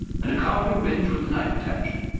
and a carving bench with the knife attached.